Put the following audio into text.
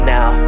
Now